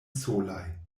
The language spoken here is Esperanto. solaj